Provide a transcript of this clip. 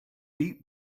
eat